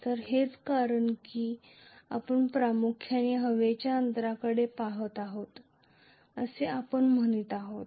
तर हेच कारण आहे की आपण प्रामुख्याने हवेच्या अंतरांकडे पहात आहोत असे आपण म्हणत आहोत